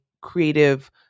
creative